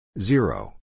Zero